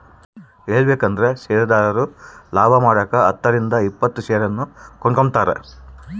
ಹೇಳಬೇಕಂದ್ರ ಷೇರುದಾರರು ಲಾಭಮಾಡಕ ಹತ್ತರಿಂದ ಇಪ್ಪತ್ತು ಷೇರನ್ನು ಕೊಂಡುಕೊಂಬ್ತಾರ